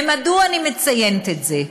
ומדוע אני מציינת את זה?